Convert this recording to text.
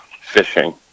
fishing